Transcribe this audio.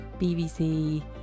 BBC